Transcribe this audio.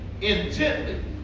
intently